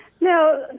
Now